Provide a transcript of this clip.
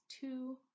two